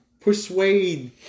persuade